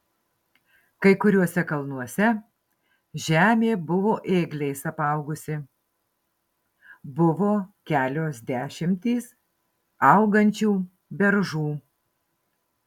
kai kuriuose kalnuose žemė buvo ėgliais apaugusi buvo kelios dešimtys augančių beržų